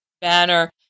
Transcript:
banner